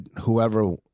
whoever